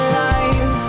life